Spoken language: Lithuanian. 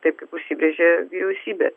taip kaip užsibrėžė vyriausybė